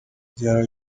igihano